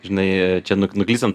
žinai čia nuklystant